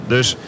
Dus